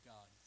God